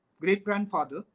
great-grandfather